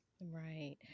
Right